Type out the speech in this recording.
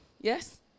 yes